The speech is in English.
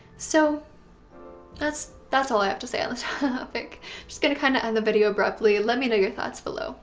so that's that's all i have to say on this topic. i'm just going to kind of end the video abruptly. let me know your thoughts below.